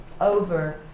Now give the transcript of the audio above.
over